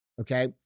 okay